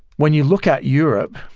when you look at europe,